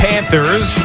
Panthers